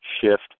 shift